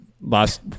Last